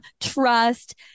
trust